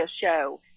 Show